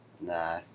Nah